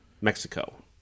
Mexico